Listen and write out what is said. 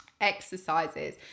exercises